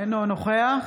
אינו נוכח